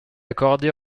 accordé